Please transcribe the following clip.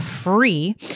free